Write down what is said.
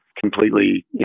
completely